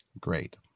Great